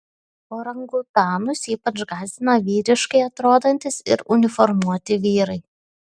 orangutanus ypač gąsdina vyriškai atrodantys ir uniformuoti vyrai